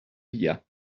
via